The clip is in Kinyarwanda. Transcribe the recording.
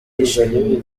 yishimye